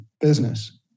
business